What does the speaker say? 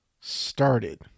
started